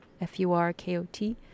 F-U-R-K-O-T